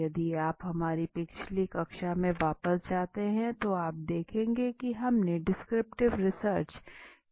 यदि आप हमारी पिछली कक्षा में वापस जाते हैं तो आप देखेंगे कि हमने डिस्क्रिप्टिव रिसर्च के बारे में भी बात की थी